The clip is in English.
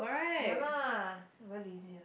ya lah I very lazy ah